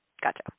Gotcha